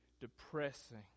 depressing